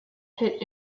pitt